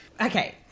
Okay